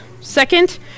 Second